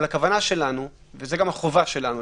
הכוונה שלנו וזו גם החובה שלנו,